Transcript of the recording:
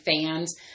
fans